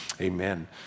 Amen